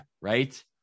right